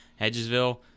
Hedgesville